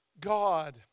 God